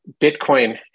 Bitcoin